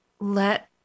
let